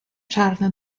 czarne